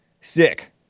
Sick